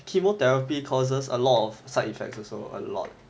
chemotherapy causes a lot of side effects also a lot